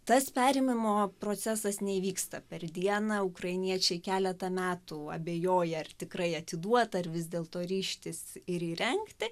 tas perėmimo procesas neįvyksta per dieną ukrainiečiai keletą metų abejoja ar tikrai atiduot ar vis dėlto ryžtis ir įrengti